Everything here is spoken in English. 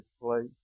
place